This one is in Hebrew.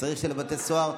וצריך של בתי הסוהר,